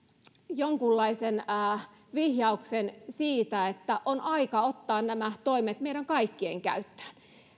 jonkunlaisen vihjauksen siitä että on aika ottaa nämä toimet meidän kaikkien käyttöön